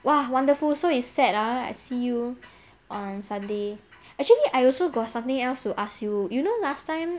!wah! wonderful so it's set ah I see you on sunday actually I also got something else to ask you you know last time